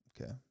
Okay